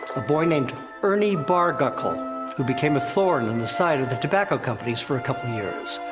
a boy named ernie barguckle who became a thorn in the side of the tobacco companies' for a couple of years.